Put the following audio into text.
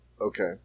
Okay